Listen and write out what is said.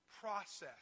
process